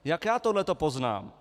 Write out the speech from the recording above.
Jak já tohleto poznám?